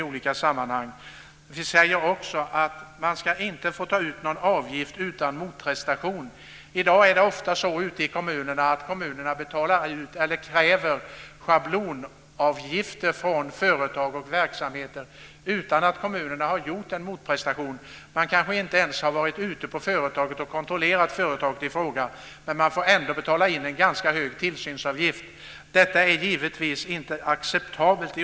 Vi säger också att man inte ska få ta ut avgift utan motprestation. I dag kräver kommunerna ofta schablonavgifter från företag och verksamheter utan att själva ha gjort en motprestation. Man kanske inte ens har varit och kontrollerat företaget i fråga, och ändå får företaget betala en ganska hög tillsynsavgift. Detta är givetvis inte acceptabelt.